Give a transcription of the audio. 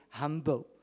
humble